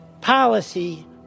policy